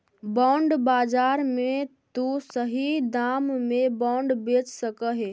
bond बाजार में तु सही दाम में बॉन्ड बेच सकऽ हे